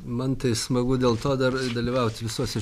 man tai smagu dėl to dar dalyvauti visose